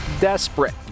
desperate